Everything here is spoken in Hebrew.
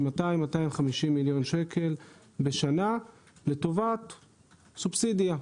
250-200 מיליון שקלים בשנה לטובת סובסידיה.